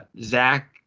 Zach